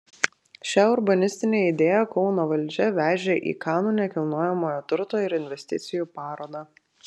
šią urbanistinę idėją kauno valdžia vežė į kanų nekilnojamojo turto ir investicijų parodą